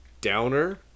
downer